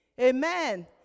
Amen